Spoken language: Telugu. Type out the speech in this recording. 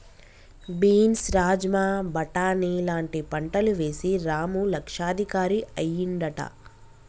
బీన్స్ రాజ్మా బాటని లాంటి పంటలు వేశి రాము లక్షాధికారి అయ్యిండట